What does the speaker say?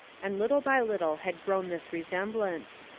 and little by little had grown this resemblance.